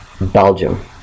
Belgium